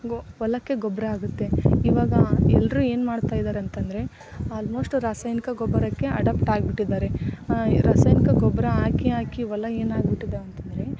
ಗೊ ಹೊಲಕ್ಕೆ ಗೊಬ್ಬರ ಆಗುತ್ತೆ ಇವಾಗ ಎಲ್ಲರೂ ಏನು ಮಾಡ್ತಾ ಇದ್ದಾರಂತಂದರೆ ಆಲ್ಮೋಸ್ಟ್ ರಾಸಾಯನಿಕ ಗೊಬ್ಬರಕ್ಕೆ ಅಡಾಪ್ಟ್ ಆಗಿಬಿಟ್ಟಿದ್ದಾರೆ ರಾಸಾಯನಿಕ ಗೊಬ್ಬರ ಹಾಕಿ ಹಾಕಿ ಹೊಲ ಏನಾಗ್ಬಿಟ್ಟಿದಾವೆ ಅಂತಂದರೆ